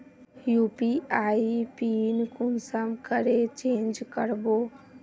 UPI pin कुंसम करे change करबो?